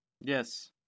Yes